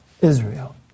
Israel